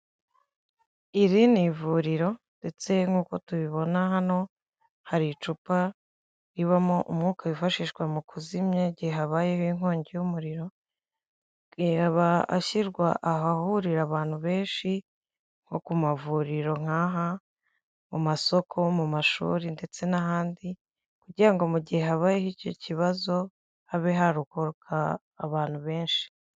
Iri n'ivuriro ndetse nkuko tubibona hano hari icupa ribamo umwuka wifashishwa mu kuzimya igihe habayeho inkongi y'umuriro, iyaba ashyirwa ahahurira abantu benshi nko ku mavuriro nkaha, mu masoko, mu mashuri ndetse n'ahandi kugira ngo mugihe habayeho icyo kibazo habe harokoka abantu benshi.